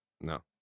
No